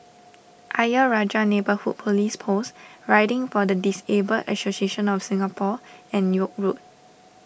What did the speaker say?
Ayer Rajah Neighbourhood Police Post Riding for the Disabled Association of Singapore and York Road